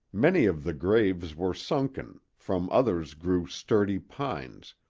many of the graves were sunken, from others grew sturdy pines,